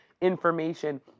information